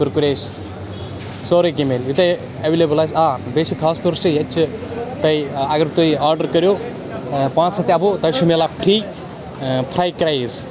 کُرکُرے چھِ سورُے کینٛہہ مِلہِ یوٗتاہ یہِ اٮ۪ولیبٕل آسہِ آ بیٚیہِ چھِ خاص طور چھِ ییٚتہِ چھِ تۄہہِ اگر بہٕ تۄہہِ یہِ آڈَر کٔرِو پانٛژھ ہَتھ اٮ۪بو تۄہہِ چھُ مِلان فِرٛی فَرٛاے کرٛایز